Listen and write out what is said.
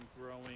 growing